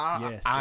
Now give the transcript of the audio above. Yes